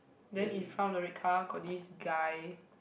then in front of the red car got this guy